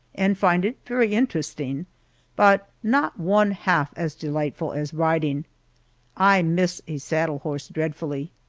and find it very interesting but not one half as delightful as riding i miss a saddle horse dreadfully.